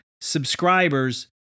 subscribers